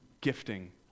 gifting